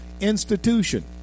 institution